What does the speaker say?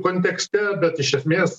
kontekste bet iš esmės